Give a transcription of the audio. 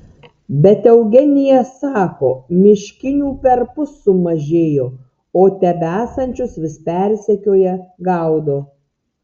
bet eugenija sako miškinių perpus sumažėjo o tebesančius vis persekioja gaudo